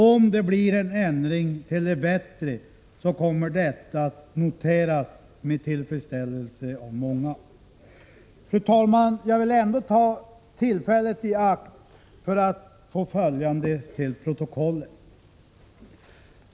Om det blir en ändring till det bättre, kommer detta att noteras med tillfredsställelse av många. Fru talman! Jag vill ändå ta tillfället i akt för att få följande fört till protokollet.